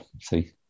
see